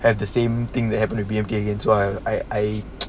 at the same thing that happen again again so I I I